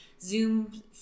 Zoom